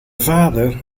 vader